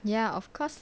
ya of course